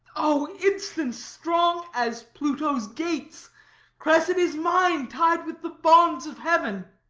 o instance! strong as pluto's gates cressid is mine, tied with the bonds of heaven.